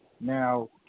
Now